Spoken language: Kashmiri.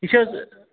یہِ چھِ حظ